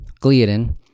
gliadin